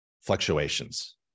fluctuations